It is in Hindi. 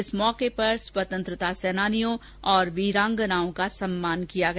इस अवसर पर स्वतंत्रता सेनानियों और विरांगनाओं का सम्मान भी किया गया